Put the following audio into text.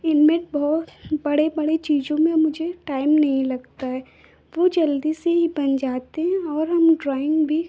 इनमें बहुत बड़े बड़े चीज़ों में मुझे टाइम नहीं लगता है वह जल्दी से ही बन जाते हैं और हम ड्राइंग भी